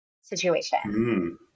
situation